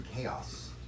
chaos